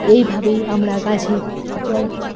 এইভাবেই আমরা গাছের যত্ন